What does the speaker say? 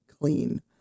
clean